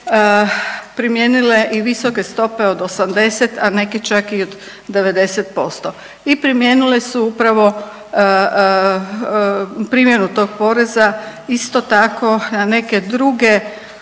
primijenile i visoke stope od 80, a neke čak i od 90%. I primijenile su upravo primjenu tog poreza isto tako na neke druge